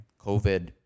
COVID